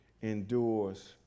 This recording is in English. endures